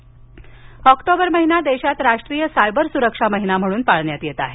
cyber सुरक्षा October महिना देशात राष्ट्रीय सायबर सुरक्षा महिना म्हणून पाळण्यात येत आहे